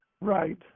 Right